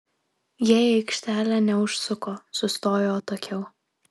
jie į aikštelę neužsuko sustojo atokiau